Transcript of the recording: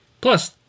Plus